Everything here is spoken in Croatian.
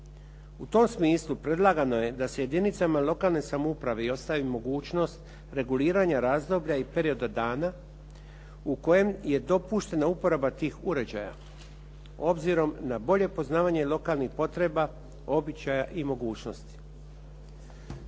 U tom smislu predlagano je da se jedinicama lokalne samouprave ostavi mogućnost reguliranja razdoblja i perioda dana u kojem je dopuštena uporaba tih uređaja obzirom na bolje poznavanje lokalnih potreba, običaja i mogućnosti.